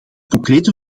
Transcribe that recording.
concrete